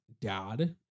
dad